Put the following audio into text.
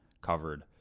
covered